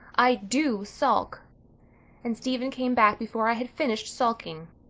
i do sulk and stephen came back before i had finished sulking.